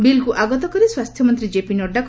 ବିଲ୍କୁ ଆଗତ କରି ସ୍ୱାସ୍ଥ୍ୟ ମନ୍ତ୍ରୀ କେପି ନଡ଼ୁ